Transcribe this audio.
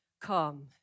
come